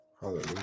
Hallelujah